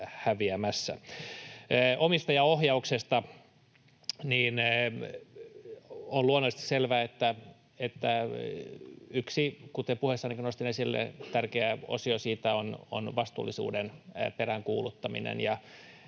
Omistajaohjauksesta: On luonnollisesti selvää, kuten puheessanikin nostin esille, että yksi tärkeä osio siitä on vastuullisuuden peräänkuuluttaminen, ja